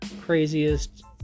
craziest